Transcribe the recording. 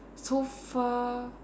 so far